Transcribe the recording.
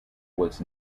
was